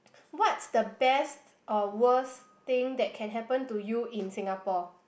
what's the best or worst thing that can happen to you in Singapore